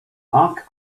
mark